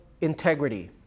integrity